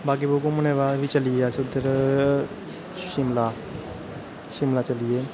बागेबहु घुम्मन दे बाद चलिया अस उधर शिमला शिमला चलिये